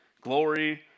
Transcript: glory